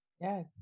Yes